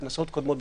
בכנסות קודמות,